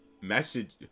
message